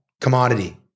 commodity